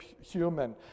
human